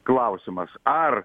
klausimas ar